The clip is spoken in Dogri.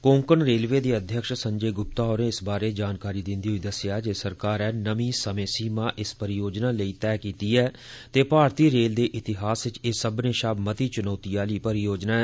कोंकण रेलवे दे अध्यक्ष संजय गुप्ता होरें इस बारे च जानकारी दिंदे होई दस्सेआ जे सरकार नै नमीं समें सीमा इस परियोजना लेई तैह् कीती ऐ ते भारतीय रेल दे इतिहास च एह् सब्बने शा मती चुनौती आली परियोजना ऐ